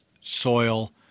soil